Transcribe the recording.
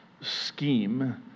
scheme